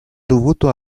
dovuto